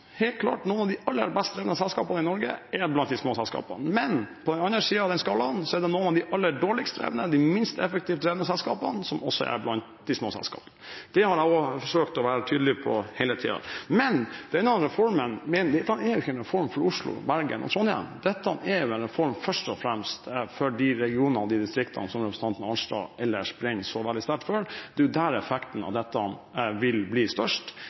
helt klart, noen av de aller best drevne selskapene i Norge er blant de små selskapene, men på den andre siden av den skalaen er det noen av de aller dårligste, de minst effektivt drevne selskapene, som også er blant de små selskapene. Det har jeg forsøkt å være tydelig på hele tiden. Men dette er ikke en reform for Oslo, Bergen og Trondheim. Dette er vel en reform først og fremst for de regionene, distriktene, som representanten Arnstad ellers brenner så veldig sterkt for – det er der effekten av dette vil bli størst